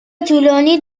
طولانی